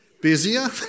Busier